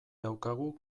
daukagu